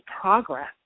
progress